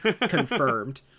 Confirmed